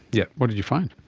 yes. what did you find?